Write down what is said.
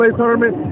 tournament